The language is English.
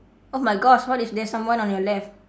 oh my gosh what if there's someone on your left